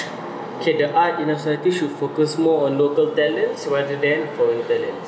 okay the art initiative should focus more local talents rather than foreign talents